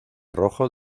rojo